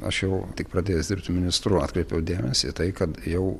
aš jau tik pradėjęs dirbti ministru atkreipiau dėmesį į tai kad jau